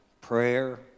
prayer